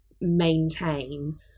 maintain